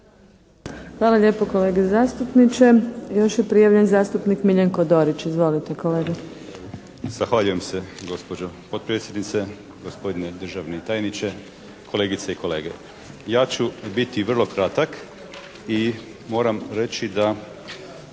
Hvala lijepo kolega zastupniče. Još je prijavljen zastupnik Miljenko Dorić. Izvolite. **Dorić, Miljenko (HNS)** Zahvaljujem se gospođo potpredsjednice, gospodine državni tajniče, kolegice i kolege. Ja ću biti vrlo kratak i moram reći da